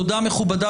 תודה רבה.